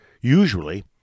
Usually